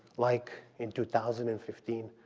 like in two thousand and fifteen,